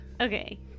Okay